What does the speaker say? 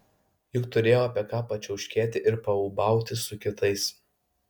juk turėjo apie ką pačiauškėti ir paūbauti su kitais